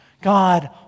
God